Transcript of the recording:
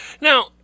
Now